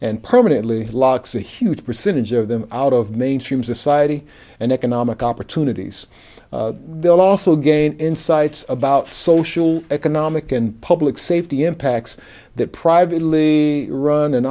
and permanently locks a huge percentage of them out of mainstream society and economic opportunities they'll also gain insights about social economic and public safety impacts that privately run and